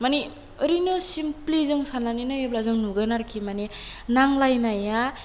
माने ओरैनो सिमप्लि जों सान्नानै नायोब्ला जों नुगोन आरोखि माने नांलायनाया